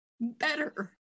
better